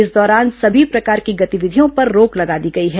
इस दौरान सभी प्रकार की गतिविधियों पर रोक लगा दी गई है